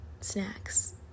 snacks